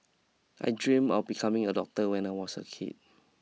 I dream of becoming a doctor when I was a kid